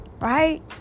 right